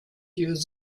years